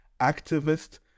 activist